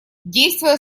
действуя